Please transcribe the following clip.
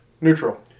Neutral